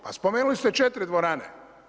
Pa spomenuli ste 4 dvorani.